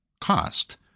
cost